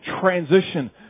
transition